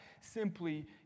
simply